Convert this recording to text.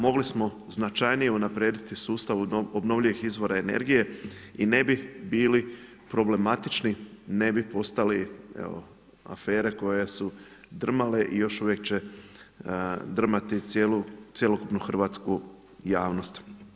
Mogli smo značajnije unaprijedit susta od obnovljivih izvora energije i ne bi bili problematični, ne bi postali afere koje su drmale i još uvijek će drmati cjelokupnu Hrvatsku javnost.